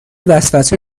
وسوسه